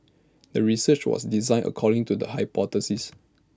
the research was designed according to the hypothesis